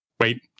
Wait